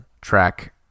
track